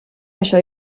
això